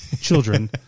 children